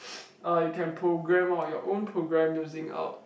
uh you can program out your own program using out